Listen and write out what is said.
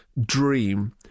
dream